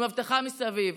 עם אבטחה מסביב.